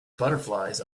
butterflies